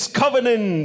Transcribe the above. covenant